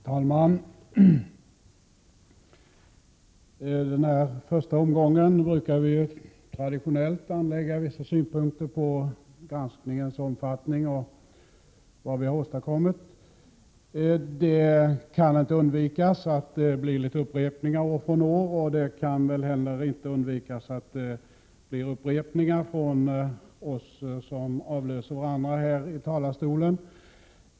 Herr talman! I den första omgången av granskningsdebatten brukar vi traditionellt anlägga vissa synpunkter på granskningens omfattning och på vad vi har åstadkommit. Det kan inte undvikas att det blir upprepningar år från år. Det kan nog inte heller undvikas att det blir upprepningar från oss som avlöser varandra här i talarstolen.